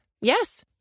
yes